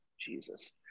Jesus